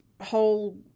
whole